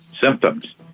symptoms